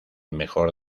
mejor